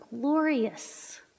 glorious